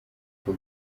ubwo